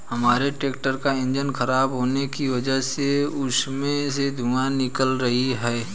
हमारे ट्रैक्टर का इंजन खराब होने की वजह से उसमें से धुआँ निकल रही है